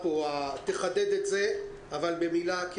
תחדד את זה, אבל במילה.